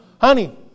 Honey